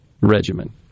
regimen